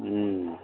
हुँ